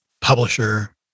publisher